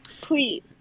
Please